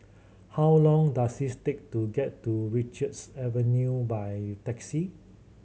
how long does is take to get to Richards Avenue by taxi